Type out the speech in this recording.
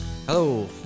Hello